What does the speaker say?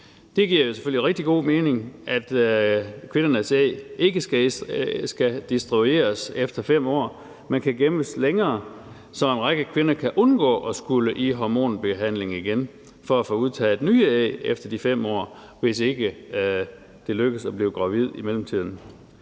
Det giver selvfølgelig rigtig god mening, at kvindernes æg ikke skal destrueres efter 5 år, men kan gemmes længere, så en række kvinder kan undgå at skulle i hormonbehandling igen for at få udtaget æg efter de 5 år, hvis ikke det er lykkedes at blive gravid i mellemtiden.